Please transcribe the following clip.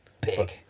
Big